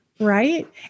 Right